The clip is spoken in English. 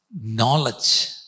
knowledge